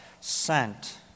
sent